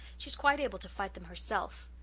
she's quite able to fight them herself.